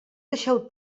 deixeu